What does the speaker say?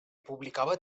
publicava